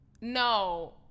No